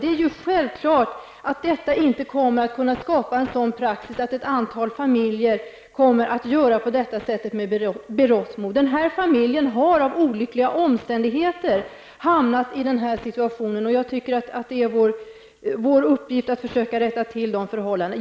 Det är självklart att detta inte kommer att skapa en sådan praxis att ett antal familjer kommer att göra på samma sätt med berått mod. Den här familjen har av olyckliga omständigheter hamnat i denna situation. Det är vår uppgift att försöka rätta till missförhålladena.